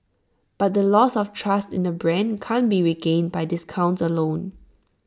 but the loss of trust in the brand can't be regained by discounts alone